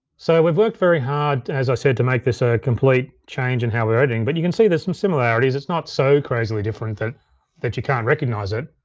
so we've worked very hard as i said, to make this a complete change in how we're editing, but you can see there's some similarities. it's not so crazily different that that you can't recognize it.